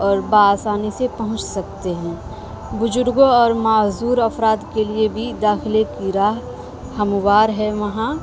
اور بآسانی سے پہنچ سکتے ہیں بجرگوں اور معذور افراد کے لیے بھی داخلے کی راہ ہموار ہے وہاں